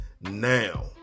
now